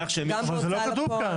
זה לא כתוב כאן.